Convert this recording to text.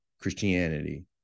Christianity